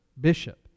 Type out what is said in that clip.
bishop